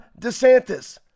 DeSantis